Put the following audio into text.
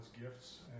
gifts